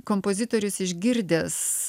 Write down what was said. kompozitorius išgirdęs